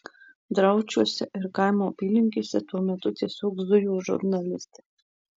draučiuose ir kaimo apylinkėse tuo metu tiesiog zujo žurnalistai